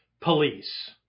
police